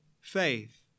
faith